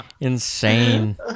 insane